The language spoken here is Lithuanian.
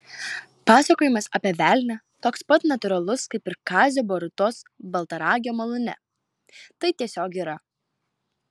pasakojimas apie velnią toks pat natūralus kaip ir kazio borutos baltaragio malūne tai tiesiog yra